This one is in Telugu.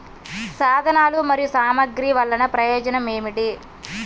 సాధనాలు మరియు సామగ్రి వల్లన ప్రయోజనం ఏమిటీ?